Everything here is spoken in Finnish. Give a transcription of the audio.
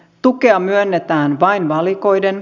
tukea myönnetään vain valikoiden